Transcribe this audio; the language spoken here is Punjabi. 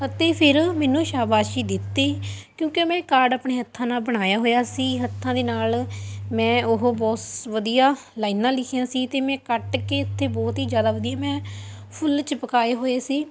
ਅਤੇ ਫਿਰ ਮੈਨੂੰ ਸ਼ਾਬਾਸ਼ੀ ਦਿੱਤੀ ਕਿਉਂਕਿ ਮੈਂ ਕਾਰਡ ਆਪਣੇ ਹੱਥਾਂ ਨਾਲ ਬਣਾਇਆ ਹੋਇਆ ਸੀ ਹੱਥਾਂ ਦੇ ਨਾਲ ਮੈਂ ਉਹ ਬੋਸ ਵਧੀਆਂ ਲਾਈਨਾਂ ਲਿਖੀਆਂ ਸੀ ਅਤੇ ਮੈਂ ਕੱਟ ਕੇ ਉੱਥੇ ਬਹੁਤ ਹੀ ਜ਼ਿਆਦਾ ਵਧੀਆ ਮੈਂ ਫੁੱਲ ਚਿਪਕਾਏ ਹੋਏ ਸੀ